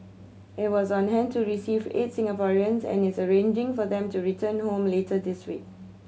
it was on hand to receive eight Singaporeans and is arranging for them to return home later this week